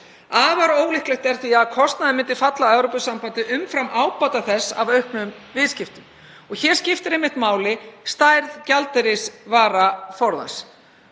Afar ólíklegt er því að kostnaður myndi falla á Evrópusambandið umfram ábata þess af auknum viðskiptum. Hér skiptir einmitt máli stærð gjaldeyrisvaraforðans,